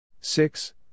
Six